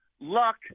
luck